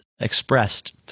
expressed